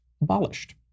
abolished